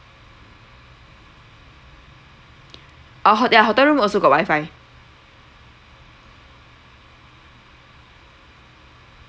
uh hot~ ya hotel room also got wifi